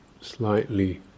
slightly